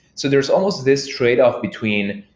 so there's almost this tradeoff between,